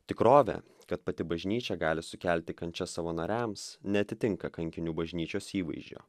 tikrovė kad pati bažnyčia gali sukelti kančias savo nariams neatitinka kankinių bažnyčios įvaizdžio